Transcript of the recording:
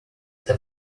the